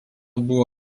buvo